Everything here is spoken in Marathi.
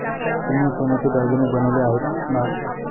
तुम्ही सोन्याचे दागिने बनवले आहेत ना?